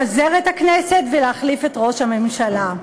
לפזר את הכנסת ולהחליף את ראש הממשלה.